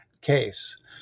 case